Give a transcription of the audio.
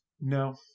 No